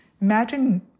Imagine